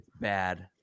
bad